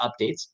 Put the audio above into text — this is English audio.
updates